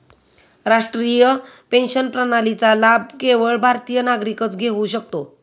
राष्ट्रीय पेन्शन प्रणालीचा लाभ केवळ भारतीय नागरिकच घेऊ शकतो